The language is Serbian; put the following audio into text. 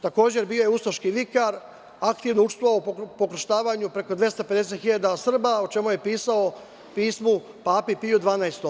Takođe, bio je ustaški vikar, aktivno učestvovao u pokrštavanju preko 250.000 Srba, o čemu je pisao u pismu Papi Piju 12.